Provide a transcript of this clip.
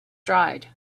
dried